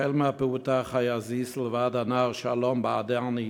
החל מהפעוטה חיה זיסל ועד הנער שלום בעדני,